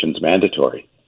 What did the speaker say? mandatory